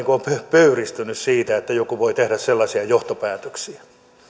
pöyristynyt siitä että joku voi tehdä sellaisia johtopäätöksiä minä